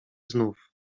znów